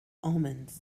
omens